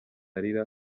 arira